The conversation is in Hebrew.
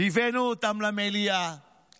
הבאנו אותם למליאה,